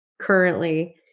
currently